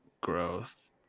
growth